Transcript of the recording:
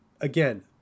again